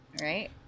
right